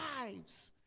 lives